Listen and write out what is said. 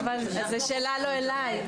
זו שאלה לא אלי.